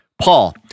Paul